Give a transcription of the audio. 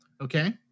Okay